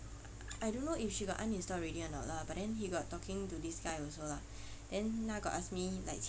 I don't know if she got uninstalled already or not lah but then he got talking to this guy also lah then na got ask me like